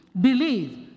believe